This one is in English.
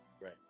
Right